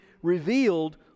revealed